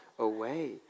Away